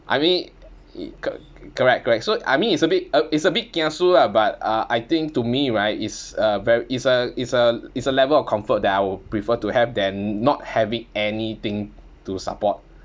I mean it~ c~ correct correct so I mean it's a bit uh it's a bit kiasu lah but uh I think to me right is a ve~ is a is a is a level of comfort that I would prefer to have than not having anything to support